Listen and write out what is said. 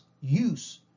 use